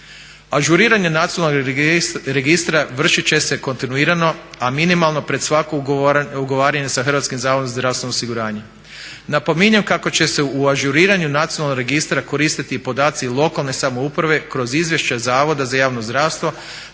Ažuriranjem nacionalnog registra vršiti će kontinuirano a minimalno pred svako ugovaranje sa Hrvatskim zavodom za zdravstveno osiguranje. Napominjem kako će se u ažuriranju nacionalnog registra koristiti i podaci lokalne samouprave kroz izvješća zavoda za javno zdravstvo